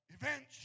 events